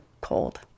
cold